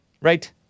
right